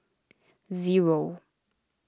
zero